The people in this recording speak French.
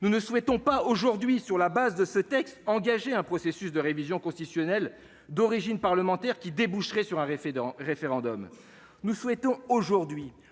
nous ne souhaitons pas aujourd'hui sur la base de ce texte engagé un processus de révision constitutionnelle d'origine parlementaire qui déboucherait sur un référent référendum nous souhaitons aujourd'hui